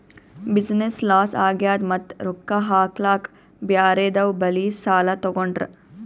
business loss ಆಗ್ಯಾದ್ ಮತ್ತ ರೊಕ್ಕಾ ಹಾಕ್ಲಾಕ್ ಬ್ಯಾರೆದವ್ ಬಲ್ಲಿ ಸಾಲಾ ತೊಗೊಂಡ್ರ